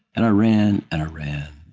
and i ran, and i ran,